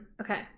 okay